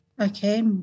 Okay